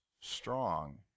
strong